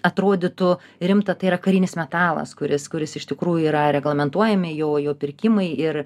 atrodytų rimta tai yra karinis metalas kuris kuris iš tikrųjų yra reglamentuojami jo jo pirkimai ir